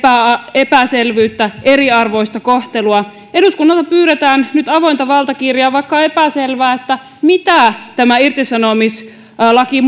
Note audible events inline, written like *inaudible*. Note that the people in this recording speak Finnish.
epäselvyyttä eriarvoista kohtelua eduskunnalta pyydetään nyt avointa valtakirjaa vaikka on epäselvää mitä tämä irtisanomislaki *unintelligible*